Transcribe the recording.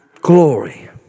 Glory